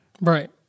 Right